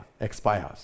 expires